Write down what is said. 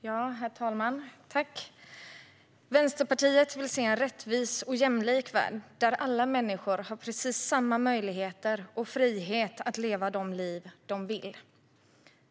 Herr talman! Vänsterpartiet vill se en rättvis och jämlik värld där alla människor har samma möjligheter och frihet att leva de liv de vill.